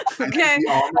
Okay